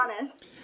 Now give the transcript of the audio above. honest